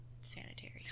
sanitary